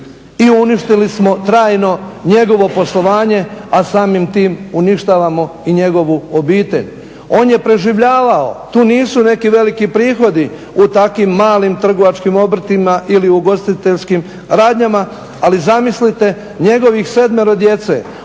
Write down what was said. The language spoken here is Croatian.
i uništili smo trajno njegovo poslovanje, a samim tim uništavamo i njegovu obitelj. On je preživljavao, tu nisu neki veliki prihodi u takvim mali trgovačkim obrtima ili ugostiteljskim radnjama, ali zamislite njegovih sedmero djece